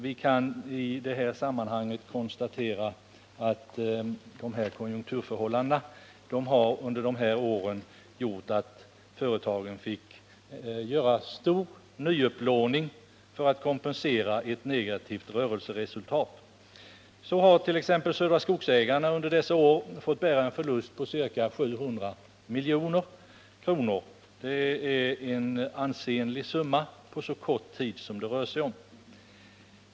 Vi kan i detta sammanhang konstatera att konjunkturförhållandena under dessa år medförde att företagen fick göra stora nyupplåningar för att kompensera negativa rörelseresultat. T. ex. Södra Skogsägarna har under dessa år fått bära en förlust på ca 700 milj.kr. Det är en ansenlig summa på den korta tid som det rör sig om.